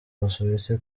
busuwisi